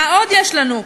מה עוד יש לנו?